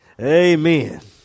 amen